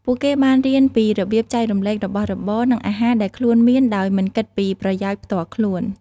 ពួកគេបានរៀនពីរបៀបចែករំលែករបស់របរ និងអាហារដែលខ្លួនមានដោយមិនគិតពីប្រយោជន៍ផ្ទាល់ខ្លួន។